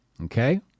Okay